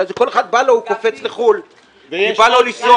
אלא זה כל אחד בא לו הוא קופץ לחו"ל כי בא לו לנסוע?